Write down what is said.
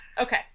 okay